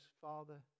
Father